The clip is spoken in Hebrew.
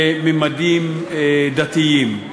לממדים דתיים,